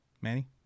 Manny